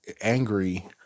angry